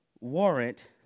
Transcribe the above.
warrant